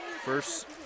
First